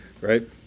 Right